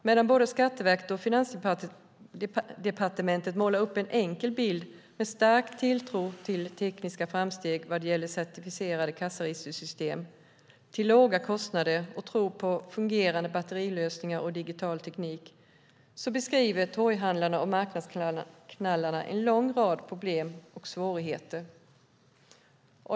Medan både Skatteverket och Finansdepartementet målar upp en enkel bild med stark tilltro till tekniska framsteg vad det gäller certifierade kassaregistersystem, till låga kostnader och till fungerande batterilösningar och digital teknik beskriver torghandlarna och marknadsknallarna en lång rad av problem och svårigheter.